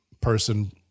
person